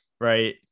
right